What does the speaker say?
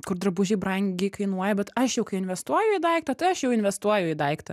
kur drabužiai brangiai kainuoja bet aš jau kai investuoju į daiktą tai aš jau investuoju į daiktą